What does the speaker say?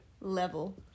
Level